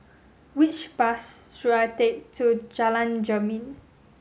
which bus should I take to Jalan Jermin